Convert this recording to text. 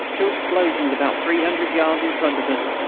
two explosions about three hundred yards in front of us!